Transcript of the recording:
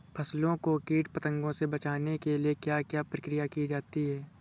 फसलों को कीट पतंगों से बचाने के लिए क्या क्या प्रकिर्या की जाती है?